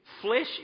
Flesh